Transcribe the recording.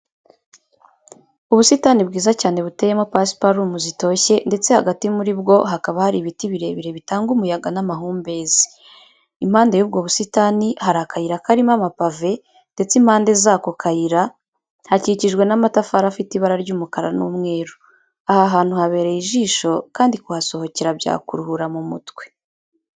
Ubusitani bwiza cyane buteyemo pasiparumu zitoshye ndetse hagati muri bwo hakaba hari ibiti birebire bitanga umuyaga n'amahumbezi. Impande y'ubwo busitani hari akayira karimo amapave ndetse impande z'ako kayira hakikijwe n'amatafari afite ibara ry'umukara n'umweru. Aha hantu habereye ijisho kandi kuhasohokera byakuruhura mu mutwe.